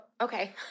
okay